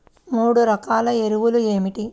మూడు రకాల ఎరువులు ఏమిటి?